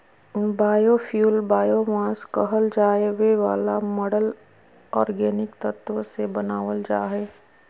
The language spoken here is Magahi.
बायोफ्यूल बायोमास कहल जावे वाला मरल ऑर्गेनिक तत्व से बनावल जा हइ